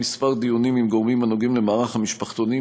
דיונים עם גורמים הנוגעים למערך המשפחתונים,